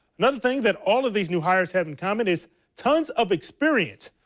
another thing that all of these new-hires have in common is tons of experience.